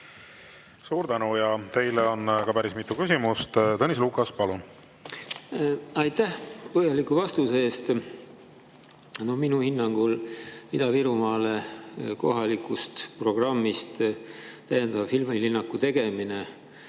Suur tänu! Teile on päris mitu küsimust. Tõnis Lukas, palun! Aitäh põhjaliku vastuse eest! Minu hinnangul ei puutu Ida-Virumaale kohaliku programmi [rahastusega] täiendava filmilinnaku tegemine